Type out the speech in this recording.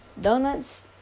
Donuts